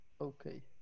Okay